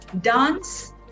dance